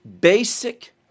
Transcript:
basic